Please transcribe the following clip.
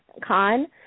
Con